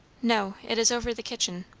no. it is over the kitchen.